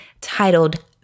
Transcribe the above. titled